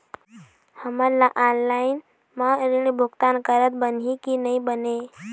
हमन ला ऑनलाइन म ऋण भुगतान करत बनही की नई बने?